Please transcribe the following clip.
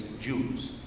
Jews